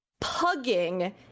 pugging